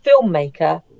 filmmaker